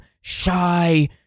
shy